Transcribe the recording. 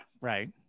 right